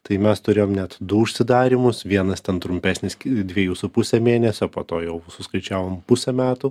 tai mes turėjom net du užsidarymus vienas ten trumpesnis dviejų su puse mėnesio po to jau suskaičiavom pusę metų